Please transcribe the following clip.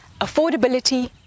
affordability